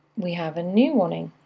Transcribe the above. we have a new warning.